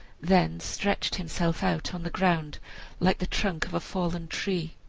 then stretched himself out on the ground like the trunk of a fallen tree.